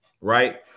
right